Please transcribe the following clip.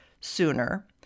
sooner